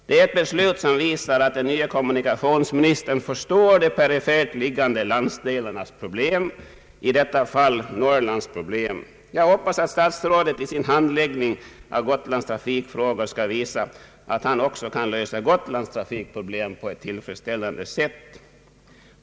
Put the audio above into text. Det är ett beslut som visar att den nye kommunikationsministern förstår de perifert liggande landsdelarnas problem, i detta fall Norrlands problem. Jag hoppas att statsrådet i sin handläggning av Gotlands trafikfrågor skall visa att han också kan lösa Gotlands trafikproblem på ett tillfredsställande sätt.